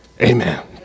Amen